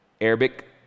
Arabic